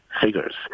figures